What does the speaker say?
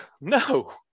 no